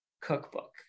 cookbook